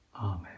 Amen